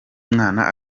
mwana